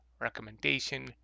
recommendation